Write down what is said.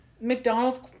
McDonald's